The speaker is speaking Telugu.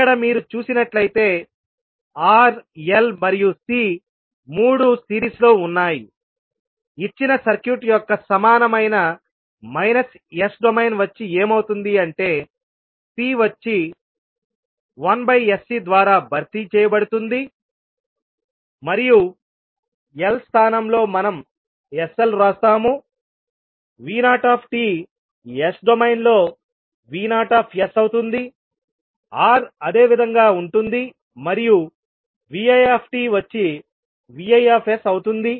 ఇక్కడ మీరు చూసినట్లయితే R L మరియు C 3 సిరీస్లో ఉన్నాయిఇచ్చిన సర్క్యూట్ యొక్క సమానమైన మైనస్ S డొమైన్ వచ్చి ఏమవుతుంది అంటే C వచ్చి 1sC ద్వారా భర్తీ చేయబడుతుంది మరియు L స్థానంలో మనం sL ని వ్రాస్తాము V0 S డొమైన్లో V0 అవుతుంది R అదే విధంగా ఉంటుంది మరియు Vi వచ్చి Vi అవుతుంది